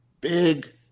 big